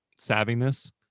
savviness